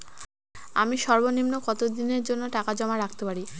আমি সর্বনিম্ন কতদিনের জন্য টাকা জমা রাখতে পারি?